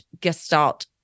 gestalt